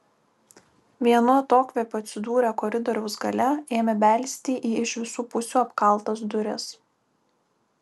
vienu atokvėpiu atsidūrę koridoriaus gale ėmė belsti į iš visų pusių apkaltas duris